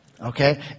Okay